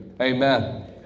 Amen